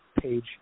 page